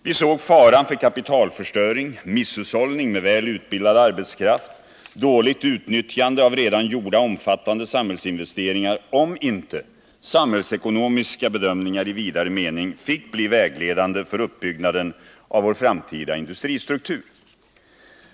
Vi såg faran för kapitalförstöring, misshushållning med väl utbildad arbetskraft och dåligt utnyttjande av redan gjorda omfattande samhällsinvesteringar, om inte samhällsekonomiska bedömningar i vidare mening fick bli vägledande för uppbyggnaden av vår framtida industristruktur.